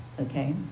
okay